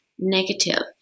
negative